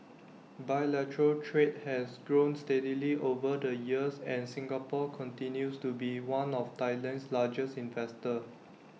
bilateral trade has grown steadily over the years and Singapore continues to be one of Thailand's largest investors